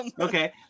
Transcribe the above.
okay